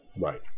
Right